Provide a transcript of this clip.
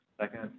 Second